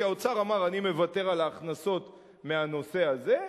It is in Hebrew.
כי האוצר אמר: אני מוותר על ההכנסות מהנושא הזה,